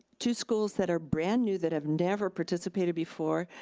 two schools that are brand new that have never participated before,